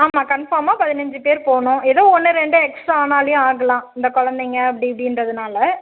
ஆமாம் கன்ஃபார்மாக பதினஞ்சு பேர் போகனும் எதோ ஒன்று ரெண்டு எக்ஸ்ட்டா ஆனாலியும் ஆகலாம் இந்த குழந்தைங்க அப்படி இப்படின்றதுனால